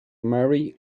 mary